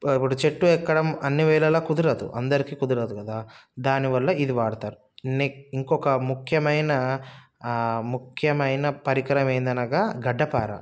చెట్టు ఎక్కడం అన్నివేళలా కుదరదు అందరికీ కుదరదు కదా దానివల్ల ఇది వాడతారు నెక్ ఇంకొక ముఖ్యమైన ముఖ్యమైన పరికరం ఏందనగా గడ్డపార